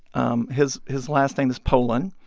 um his his last name is polan.